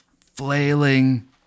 flailing